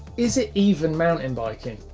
is it even mountain biking?